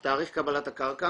אני רואה מיקום, תאריך קבלת הקרקע